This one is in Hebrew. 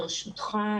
ברשותך,